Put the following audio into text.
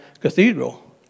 Cathedral